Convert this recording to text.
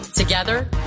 Together